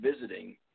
visiting